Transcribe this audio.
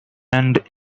and